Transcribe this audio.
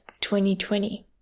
2020